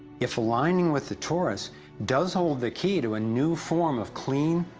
if aligning with the torus does hold the key to a new form of clean,